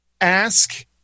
ask